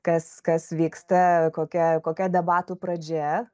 kas kas vyksta kokia kokia debatų pradžia